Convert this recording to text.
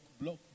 block